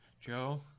Joe